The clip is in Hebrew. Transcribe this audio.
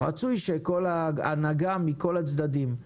רצוי שכל ההנהגה מכל הצדדים,